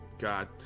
God